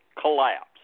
collapse